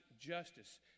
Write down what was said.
justice